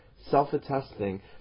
self-attesting